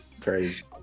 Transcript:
Crazy